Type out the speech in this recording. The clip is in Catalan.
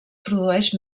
produeix